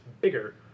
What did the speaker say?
bigger